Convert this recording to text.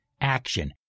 action